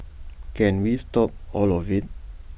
can we stop all of IT